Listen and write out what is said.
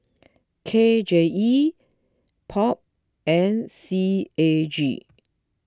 K J E Pop and C A G